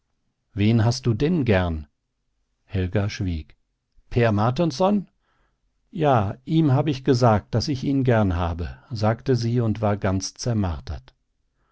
wen hast du denn gern helga schwieg per martensson ja ihm hab ich gesagt daß ich ihn gern habe sagte sie und war ganz